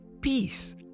Peace